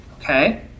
Okay